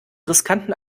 riskanten